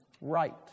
right